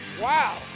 Wow